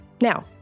Now